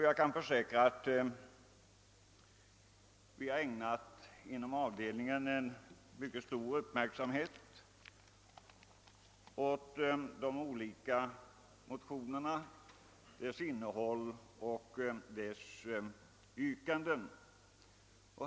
Jag kan försäkra att vi inom avdelningen har ägnat mycket stor uppmärksamhet åt de olika motionernas innehåll och yrkanden.